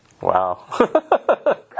Wow